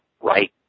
right